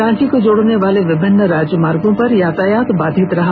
रांची को जोड़ने वाले विभिन्न राजमार्गो पर यातायात बाधित रहा